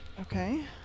okay